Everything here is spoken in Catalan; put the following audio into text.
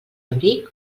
abric